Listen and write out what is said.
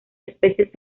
especies